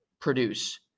produce